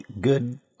good